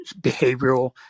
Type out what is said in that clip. behavioral